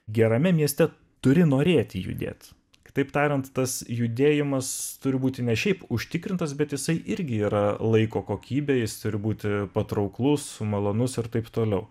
gerame mieste turi norėti judėt kitaip tariant tas judėjimas turi būti ne šiaip užtikrintas bet jisai irgi yra laiko kokybė jis turi būti patrauklus malonus ir taip toliau